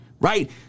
right